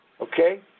Okay